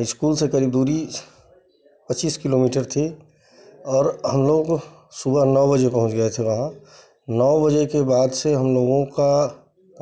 school से करीब दूरी पच्चीस किलोमीटर थी और हम लोगों को सुबह नौ बजे पहुँच गए थे वहाँ नौ बजे के बाद से हम लोगों का